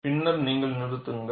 பின்னர் நீங்கள் நிறுத்துங்கள்